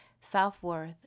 self-worth